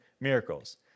miracles